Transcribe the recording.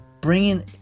bringing